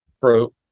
pro